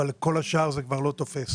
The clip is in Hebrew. אבל בכל השאר זה כבר לא תופס.